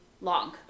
long